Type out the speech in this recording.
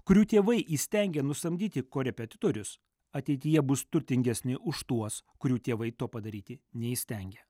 kurių tėvai įstengia nusamdyti korepetitorius ateityje bus turtingesni už tuos kurių tėvai to padaryti neįstengia